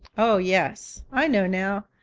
oh, yes, i know now.